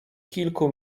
kilku